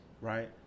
right